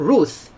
Ruth